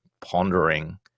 pondering